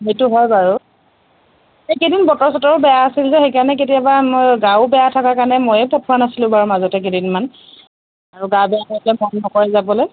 সেইটো হয় বাৰু এইকেইদিন বতৰ চতৰো বেয়া আছিল যে সেইকাৰণে কেতিয়াবা মোৰ গাও বেয়া থকাৰ কাৰণে ময়েই পঠোৱা নাছিলোঁ বাৰু মাজতে কেইদিনমান আৰু গা বেয়া থাকিলে মন নকৰে যাবলৈ